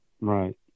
right